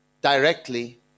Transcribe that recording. directly